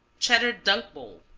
cheddar dunk bowl